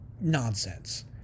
nonsense